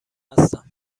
هستم